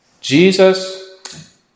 Jesus